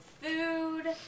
food